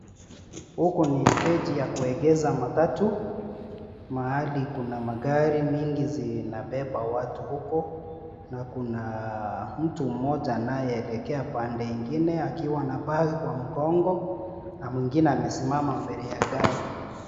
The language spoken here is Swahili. Huku ni steji ya kuegeza matatu mahali kuna magari mingi zina beba watu huko na kuna mtu mmoja anaye elekea pande ingine akiwa ana bag kwa mgongo na mwingine amesimama mbele ya gari.